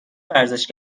ورزش